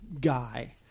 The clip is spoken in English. guy